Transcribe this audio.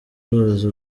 ruzi